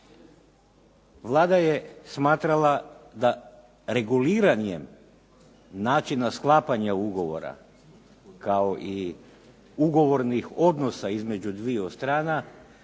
Vlada je smatrala da reguliranjem načina sklapanja ugovora kao i ugovornih odnosa između dviju strana